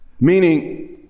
meaning